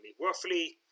roughly